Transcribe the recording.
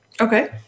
okay